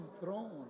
throne